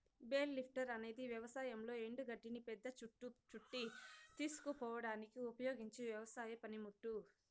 bale lifter అనేది వ్యవసాయంలో ఎండు గడ్డిని పెద్ద చుట్ట చుట్టి తీసుకుపోవడానికి ఉపయోగించే వ్యవసాయ పనిముట్టు